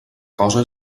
cosa